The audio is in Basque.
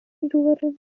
hirugarren